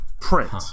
print